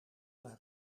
naar